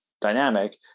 dynamic